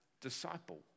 disciple